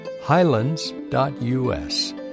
highlands.us